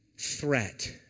threat